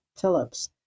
Phillips